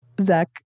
Zach